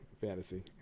fantasy